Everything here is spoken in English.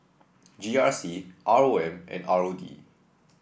G R C R O M and R O D